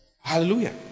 Hallelujah